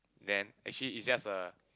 then actually it's just a